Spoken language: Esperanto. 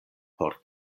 por